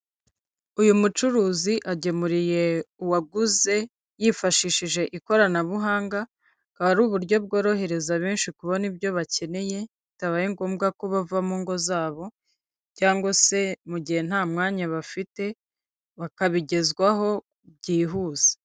Uyu mucuruzi agemuriye uwaguze yifashishije ikoranabuhanga, akaba ari uburyo bworohereza benshi kubona ibyo bakeneye, bitabaye ngombwa ko bava mu ngo zabo cyangwa se mu gihe nta mwanya bafite, bakabigezwaho byihuse.